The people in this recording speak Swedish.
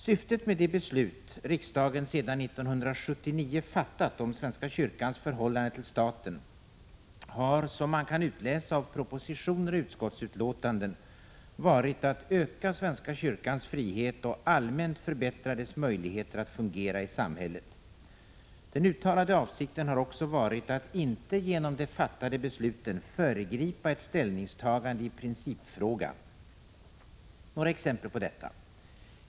Syftet med de beslut riksdagen sedan 1979 fattat om svenska kyrkans förhållanden till staten har, som man kan utläsa av propositioner och utskottsbetänkanden, varit att öka svenska kyrkans frihet och allmänt förbättra dess möjligheter att fungera i samhället. Den uttalade avsikten har också varit att inte genom de fattade besluten föregripa ett ställningstagande i principfrågan. Jag skall ge några exempel på detta.